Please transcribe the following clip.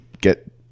get –